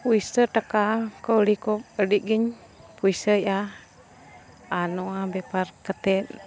ᱯᱚᱭᱥᱟᱹ ᱴᱟᱠᱟ ᱠᱟᱣᱰᱤ ᱠᱚ ᱟᱹᱰᱤᱜᱮᱧ ᱯᱚᱭᱥᱟᱭᱮᱜᱼᱟ ᱟᱨ ᱱᱚᱣᱟ ᱵᱮᱯᱟᱨ ᱠᱟᱛᱮᱫ